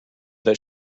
that